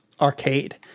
arcade